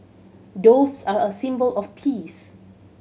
doves are a symbol of peace